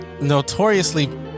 Notoriously